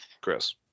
Chris